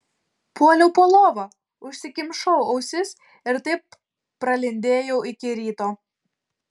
puoliau po lova užsikimšau ausis ir taip pralindėjau iki ryto